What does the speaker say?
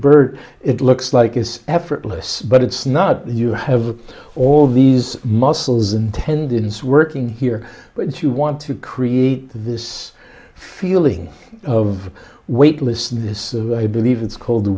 bird it looks like it's effortless but it's not that you have all these muscles and tendons working here but you want to create this feeling of weightlessness of i believe it's called the